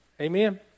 Amen